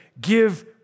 give